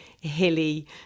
hilly